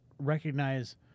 recognize